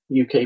UK